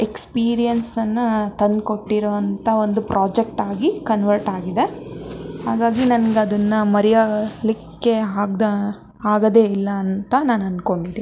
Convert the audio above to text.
ಎಕ್ಸ್ಪೀರಿಯನ್ಸನ್ನು ತಂದ್ಕೊಟ್ಟಿರೋಂತ ಒಂದು ಪ್ರೊಜೆಕ್ಟ್ ಆಗಿ ಕನ್ವರ್ಟ್ ಆಗಿದೆ ಹಾಗಾಗಿ ನನಗೆ ಅದನ್ನು ಮರೆಯಲಿಕ್ಕೆ ಆಗ್ದಾ ಆಗೋದೇ ಇಲ್ಲ ಅಂತ ನಾನು ಅನ್ಕೊಡ್ಡಿದಿನಿ